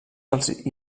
els